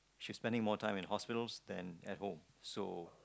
she's spending more time in hospitals than at home so